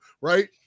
right